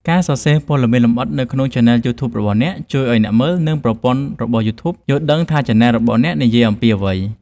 ការសរសេរព័ត៌មានលម្អិតនៅក្នុងឆានែលយូធូបរបស់អ្នក ជួយឱ្យអ្នកមើល និងប្រព័ន្ធរបស់យូធូប យល់ដឹងថាឆានែលរបស់អ្នកនិយាយអំពីអ្វី។